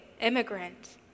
immigrant